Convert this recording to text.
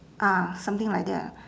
ah something like that ah